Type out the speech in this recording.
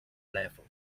level